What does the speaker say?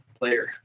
player